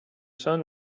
son